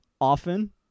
often